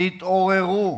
תתעוררו.